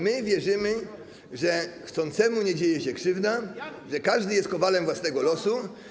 My wierzymy, że chcącemu nie dzieje się krzywda, że każdy jest kowalem własnego losu.